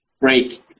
break